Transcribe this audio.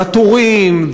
והתורים,